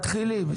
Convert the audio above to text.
מתחילים.